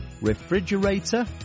refrigerator